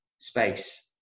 space